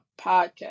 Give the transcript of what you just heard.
podcast